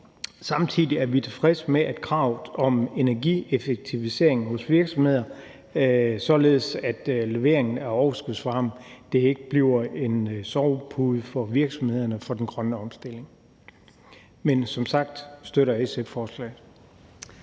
Samtidig er vi tilfredse med kravet om energieffektivisering hos virksomheder, således at leveringen af overskudsvarme ikke bliver en sovepude for virksomhederne i forhold til den grønne omstilling Men som sagt støtter SF forslaget.